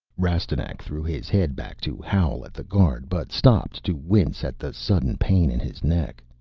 rastignac threw his head back to howl at the guard but stopped to wince at the sudden pain in his neck.